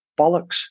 Bollocks